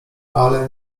ale